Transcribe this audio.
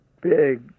big